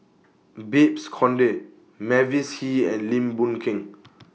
Babes Conde Mavis Hee and Lim Boon Keng